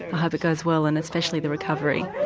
hope it goes well, and especially the recovery.